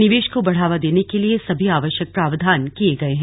निवेश को बढ़ावा देने के लिए सभी आवश्यक प्रावधान किए गए हैं